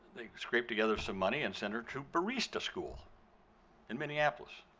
they scraped together some money and sent her to barista school in minneapolis.